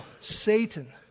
Satan